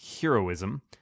Heroism